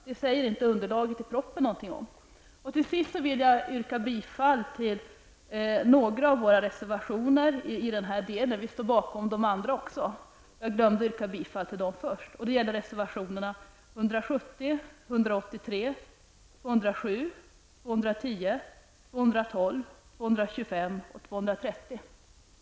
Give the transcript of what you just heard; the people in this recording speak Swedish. Det sägs ingenting om detta i underlaget till propositionen. Till sist vill jag yrka bifall till några av våra reservationer, vilket jag glömde tidigare. Det gäller reservationerna 170, 183, 207, 210, 212, 225 och 230. Och vi står naturligtvis bakom även våra övriga reservationer.